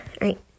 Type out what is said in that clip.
right